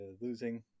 losing